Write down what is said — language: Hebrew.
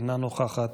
אינה נוכחת,